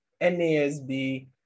NASB